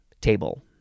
table